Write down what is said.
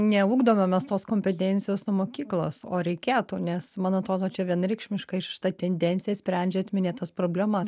neugdome mes tos kompetencijos nuo mokyklos o reikėtų nes man atrodo čia vienareikšmiškai šita tendencija sprendžiant minėtas problemas